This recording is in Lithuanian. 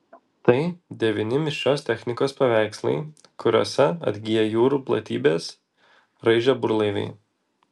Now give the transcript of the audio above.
tai devyni mišrios technikos paveikslai kuriose atgyja jūrų platybes raižę burlaiviai